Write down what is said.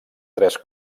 tres